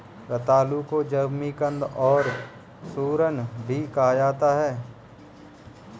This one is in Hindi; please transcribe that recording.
रतालू को जमीकंद और सूरन भी कहा जाता है